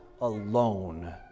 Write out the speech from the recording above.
alone